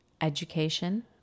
education